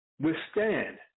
withstand